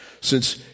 since